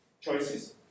choices